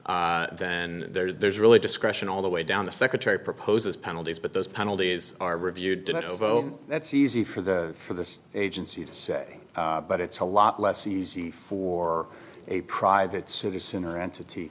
then there's really discretion all the way down the secretary proposes penalties but those penalties are reviewed that's easy for the for this agency to say but it's a lot less easy for a private citizen or entity